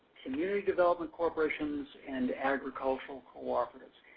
community development corporations and agricultural cooperatives.